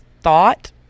thought